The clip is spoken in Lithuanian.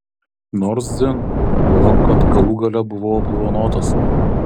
nors dzin juolab kad galų gale buvau apdovanotas